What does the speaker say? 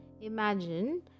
Imagine